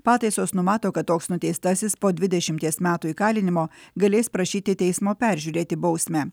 pataisos numato kad toks nuteistasis po dvidešimties metų įkalinimo galės prašyti teismo peržiūrėti bausmę